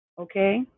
okay